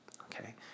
okay